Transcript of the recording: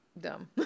dumb